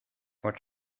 what